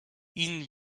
ihn